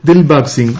Dilbagh Singh